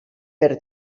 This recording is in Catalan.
per